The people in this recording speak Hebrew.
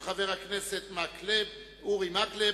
של חבר הכנסת אורי מקלב.